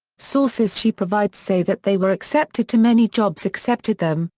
sources she provides say that they were accepted to many jobs accepted them,